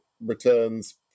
returns